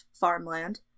farmland